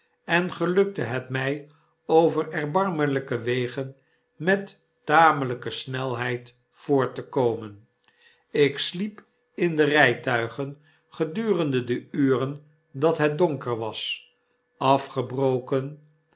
en gelukte het mij over erbarmelyke wegen met tamelyke snelheid voort te komen ik sliep in de rytuigen gedurende de uren dat het donker was afgebroken